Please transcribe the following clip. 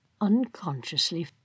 unconsciously